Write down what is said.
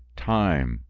time!